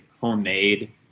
homemade